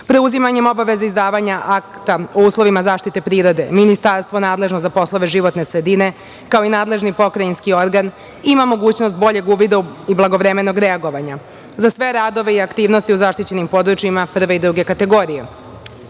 podataka. Preuzimanjem obaveza izdavanja akta o uslovima zaštite prirode Ministarstvo nadležno za poslove životne sredine, kao i nadležni pokrajinski organ, ima mogućnost boljeg uvida i blagovremenog reagovanja za sve radove i aktivnosti o zaštićenim područjima prve i druge kategorije. Izmenama